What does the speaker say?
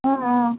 ஆ ஆ